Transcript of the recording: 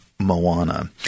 Moana